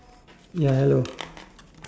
ya hello